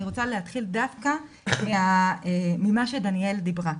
אני רוצה להתחיל דווקא ממה שדניאל דיברה.